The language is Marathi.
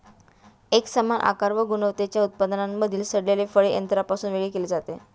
एकसमान आकार व गुणवत्तेच्या उत्पादनांमधील सडलेले फळ यंत्रापासून वेगळे केले जाते